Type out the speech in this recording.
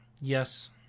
Yes